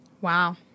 Wow